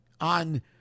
on